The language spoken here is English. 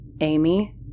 Amy